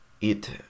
It